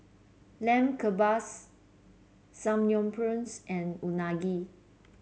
Lamb Kebabs Samgyeopsal and Unagi